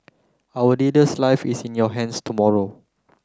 our leader's life is in your hands tomorrow